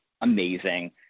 amazing